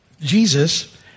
Jesus